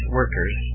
workers